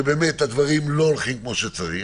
שהדברים לא הולכים כמו שצריך,